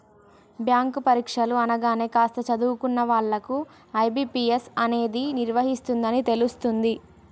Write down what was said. bank పరీక్షలు అనగానే కాస్త చదువుకున్న వాళ్ళకు ఐ.బీ.పీ.ఎస్ అనేది నిర్వహిస్తుందని తెలుస్తుంది